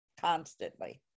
constantly